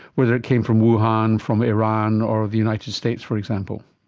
whether it came from wuhan, from iran or the united states, for example?